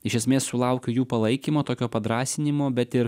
iš esmės sulaukiu jų palaikymo tokio padrąsinimo bet ir